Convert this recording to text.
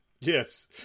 Yes